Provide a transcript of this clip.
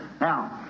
now